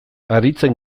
haritzen